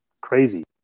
crazy